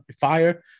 fire